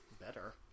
better